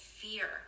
fear